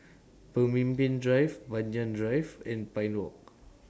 Pemimpin Drive Banyan Drive and Pine Walk